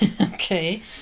Okay